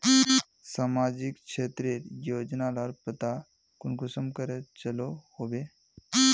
सामाजिक क्षेत्र रेर योजना लार पता कुंसम करे चलो होबे?